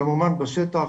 כמובן בשטח,